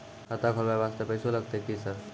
खाता खोलबाय वास्ते पैसो लगते की सर?